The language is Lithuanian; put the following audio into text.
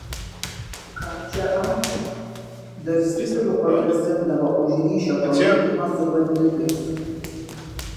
ką čia ačiū dar sibiru pagrasindavo už ryšio palaikymą su banditais